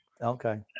Okay